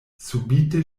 subite